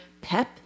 pep